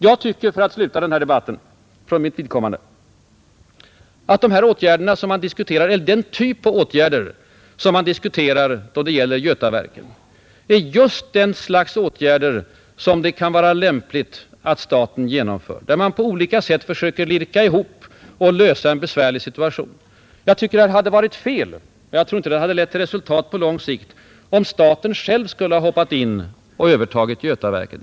Jag tycker, för att sluta debatten för mitt vidkommande, att den typ av åtgärder som man diskuterar då det gäller Götaverken är just av det 79 slaget som det kan vara lämpligt att staten genomför. Jag tycker att det hade varit fel — jag tror inte att det hade lett till resultat på lång sikt — om staten själv hade hoppat in och övertagit Götaverken.